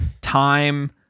time